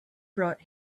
brought